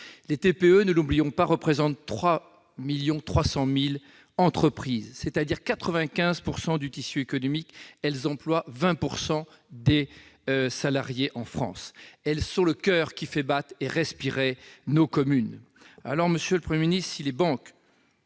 Les TPE, ne l'oublions pas, représentent 3,3 millions d'entreprises, soit 95 % du tissu économique. Elles emploient 20 % des salariés en France. Elles sont le coeur qui fait battre et respirer nos communes. Monsieur le Premier ministre, si les banques